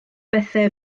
bethau